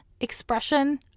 expression